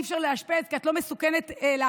אי-אפשר להתאשפז כי את לא מסוכנת לאחרים,